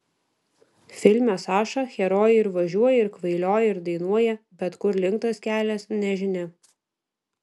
filme saša herojai ir važiuoja ir kvailioja ir dainuoja bet kur link tas kelias nežinia